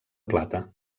plata